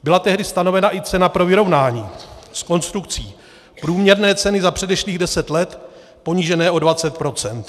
Byla tehdy stanovena i cena pro vyrovnání s konstrukcí průměrné ceny za předešlých 10 let ponížené o 20 %.